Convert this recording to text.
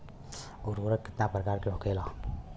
उर्वरक कितना प्रकार के होखेला?